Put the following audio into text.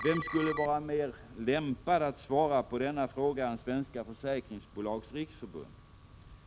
Vem skulle väl vara mer lämpad att svara på denna fråga än Svenska Försäkringsbolags Riksförbund?